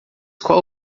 qual